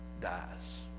dies